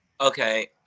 Okay